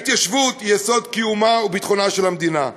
ההתיישבות היא יסוד קיומה וביטחונה של המדינה.